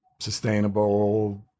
sustainable